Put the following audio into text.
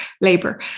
labor